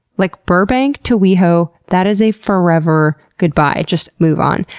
like burbank to weho, that is a forever goodbye, just move on.